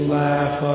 laugh